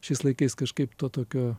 šiais laikais kažkaip to tokio